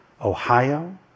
Ohio